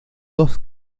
dos